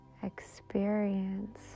Experience